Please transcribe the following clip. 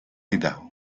idaho